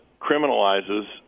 criminalizes